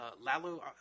Lalo